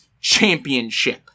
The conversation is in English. championship